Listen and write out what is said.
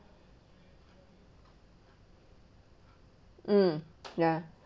mm ya